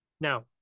Now